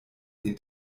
den